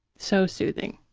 so soothing.